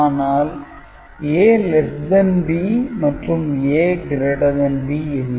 ஆனால் A B மற்றும் A B இல்லை